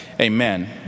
Amen